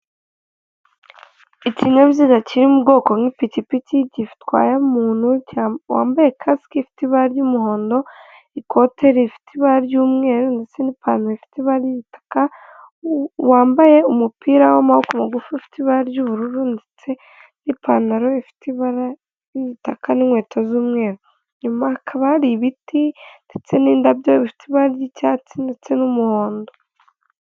Ikinyabiziga kiri mu bwoko nk'ipikipiti gitwaye umuntu wambaye kasike ifite ibara ry'umuhondo ikote rifite ibara ry'umweru ndetse n'ipantaro ifite ibara ry'igitaka wambaye umupira w'amaboko mugufi ufite ibara ry'ubururu ndetse n'ipantaro bifite ibara ry'igitaka n'inkweto z'umweru nyuma hakaba ari ibiti ndetse n'indabyofite ibara ry'icyatsi ndetse n'umuhondo.